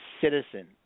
citizen